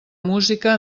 música